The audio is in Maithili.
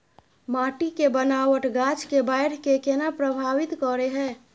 माटी के बनावट गाछ के बाइढ़ के केना प्रभावित करय हय?